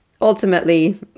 ultimately